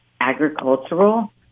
agricultural